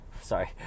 sorry